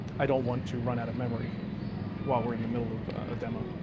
i don't want to run out of memory while we're in the middle of a demo.